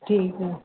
ठीकु आहे